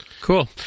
Cool